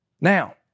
Now